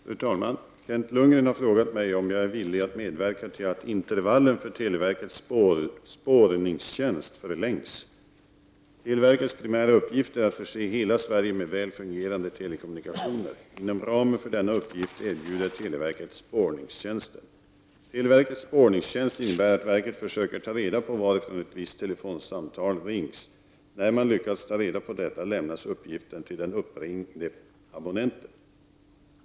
Fru talman! Kent Lundgren har frågat mig om jag är villig att medverka till att intervallen för televerkets spårningstjänst förlängs. Televerkets primära uppgift är att förse hela Sverige med väl fungerande telekommunikationer. Inom ramen för denna uppgift erbjuder televerket spårningstjänsten. Televerkets spårningstjänst innebär att verket försöker ta reda på varifrån ett visst telefonsamtal rings. När man lyckats ta reda på detta lämnas uppgiften till den uppringde abonnenten.